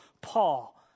Paul